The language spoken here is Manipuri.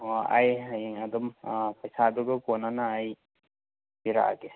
ꯑꯣ ꯑꯩ ꯍꯌꯦꯡ ꯑꯗꯨꯝ ꯄꯩꯁꯥꯗꯨꯒ ꯀꯣꯟꯅꯅ ꯑꯩ ꯄꯤꯔꯛꯑꯒꯦ